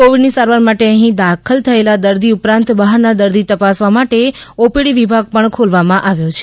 કોવિડની સારવાર માટે અહી દાખલ થયેલા દર્દી ઉપરાંત બહારના દર્દી તપાસવા માટે ઓપીડી વિભાગ પણ ખોલવામાં આવ્યો છે